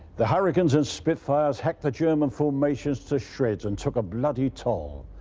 the hurricanes and spitfires hacked the german formations to shreds and took a bloody toll.